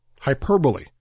hyperbole